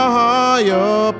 higher